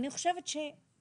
אני חושבת שלפחות